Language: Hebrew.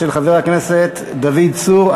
של חבר הכנסת דוד צור.